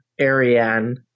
Ariane